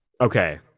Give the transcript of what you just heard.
Okay